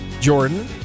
Jordan